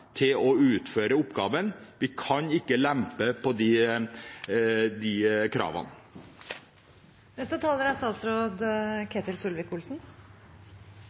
til å utføre oppgaven. Vi kan ikke lempe på de kravene. Det å ha gode, ryddige forhold i transportbransjen er